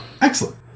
excellent